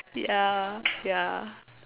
ya ya